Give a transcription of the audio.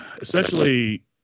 essentially